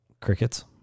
Crickets